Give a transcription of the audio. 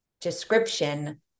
description